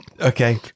Okay